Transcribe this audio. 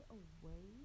away